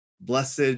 Blessed